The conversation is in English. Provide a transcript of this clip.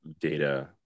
data